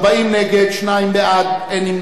40 נגד, שניים בעד, אין נמנעים.